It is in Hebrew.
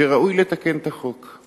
שראוי לתקן את החוק.